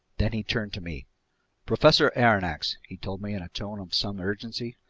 then he turned to me professor aronnax, he told me in a tone of some urgency,